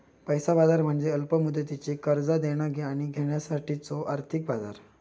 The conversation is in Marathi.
पैसा बाजार म्हणजे अल्प मुदतीची कर्जा देणा आणि घेण्यासाठीचो आर्थिक बाजार